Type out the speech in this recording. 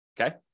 okay